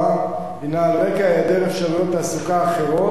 הינה על רקע היעדר אפשרויות תעסוקה אחרות,